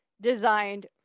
designed